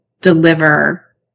deliver